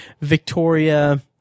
Victoria